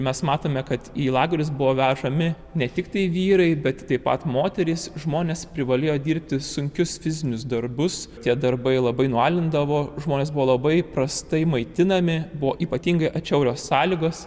mes matome kad į lagerius buvo vežami ne tiktai vyrai bet taip pat moterys žmonės privalėjo dirbti sunkius fizinius darbus tie darbai labai nualindavo žmonės buvo labai prastai maitinami buvo ypatingai atšiaurios sąlygos